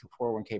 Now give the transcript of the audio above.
401k